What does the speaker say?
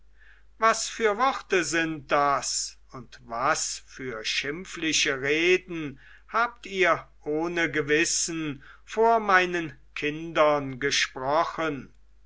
was für worte sind das und was für schimpfliche reden habt ihr ohne gewissen vor meinen kindern gesprochen